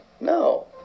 No